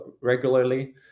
regularly